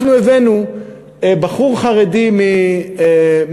אנחנו הבאנו בחור חרדי מקריית-מלאכי,